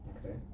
Okay